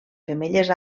femelles